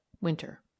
WINTER